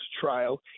trial